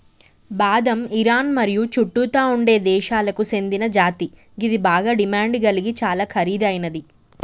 బాదం ఇరాన్ మరియు చుట్టుతా ఉండే దేశాలకు సేందిన జాతి గిది బాగ డిమాండ్ గలిగి చాలా ఖరీదైనది